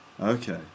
okay